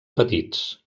petits